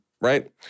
right